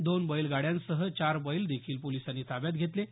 दोन बैलगाड्यांसह चार बैलदेखील पोलिसांनी ताब्यात घेतले आहेत